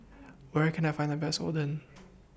Where Can I Find The Best Oden